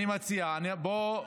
אני מציע, בוא,